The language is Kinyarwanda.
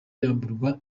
yamburwa